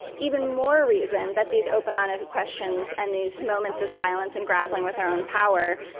even more reason that these open, honest questions and these moments of silence and grappling with our own power,